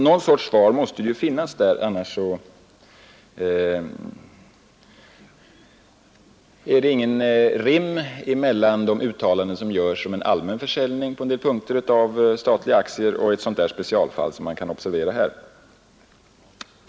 Någon sorts svar måste det finnas, annars finns inget rim mellan de uttalanden som görs om allmän försäljning på en del punkter när det gäller statliga aktier och ett sådant specialfall som vi kunnat observera här.